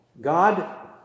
God